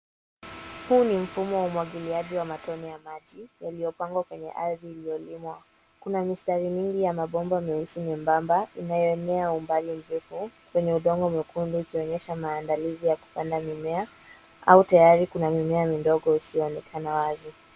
Huu ni mfumo wa umwagiliaji wa matone ya maji yaliyopangwa kwenye ardhi iliyolimwa. Kuna mistari mingi ya mabomba meusi membamba inayoenea umbali mrefu kwenye udongo mwekundu ukionyesha maandalizi ya kupanda mimea au tayari kuna mimea midogo isiyoonekana wazi.